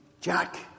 Jack